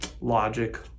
logic